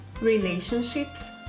relationships